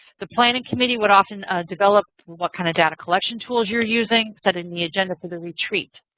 the planning committee would often develop what kind of data collection tools you're using, setting the agenda for the retreat.